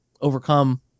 overcome